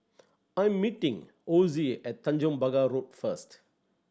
I am meeting Osie at Tanjong Pagar Road first